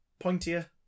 pointier